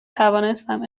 توانستم